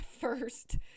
first